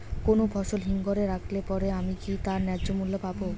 কোনো ফসল হিমঘর এ রাখলে পরে কি আমি তার ন্যায্য মূল্য পাব?